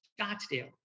Scottsdale